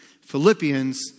Philippians